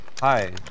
Hi